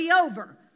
Over